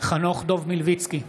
חנוך דב מלביצקי,